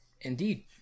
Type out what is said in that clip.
Indeed